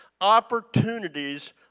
opportunities